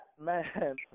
man